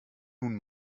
nun